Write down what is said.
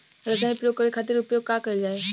रसायनिक प्रयोग करे खातिर का उपयोग कईल जाइ?